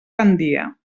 gandia